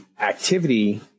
activity